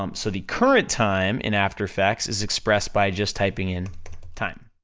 um so the current time in after effects is expressed by just typing in time,